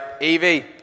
Evie